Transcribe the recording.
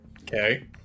Okay